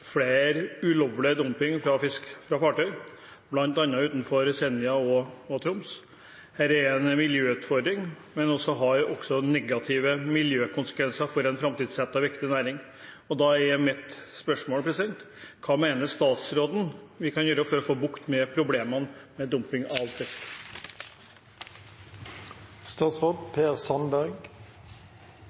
av ulovlig dumping av fisk fra fartøy, bl.a. utenfor Senja og Troms. Dette er en miljøutfordring, men har også negative omdømmekonsekvenser for en framtidsrettet og viktig næring. Da er mitt spørsmål: Hva mener statsråden vi kan gjøre for å få bukt med problemene med dumping av